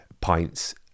pints